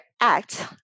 ACT